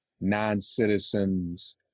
non-citizens